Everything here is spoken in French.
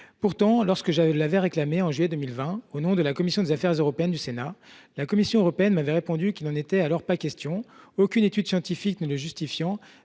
Pourtant, lorsque je l’avais réclamée en juillet 2020 au nom de la commission des affaires européennes du Sénat, la Commission européenne m’avait répondu qu’il n’en était alors pas question, aucune étude scientifique ne le justifiant,